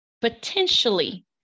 potentially